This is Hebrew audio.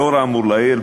לאור האמור לעיל,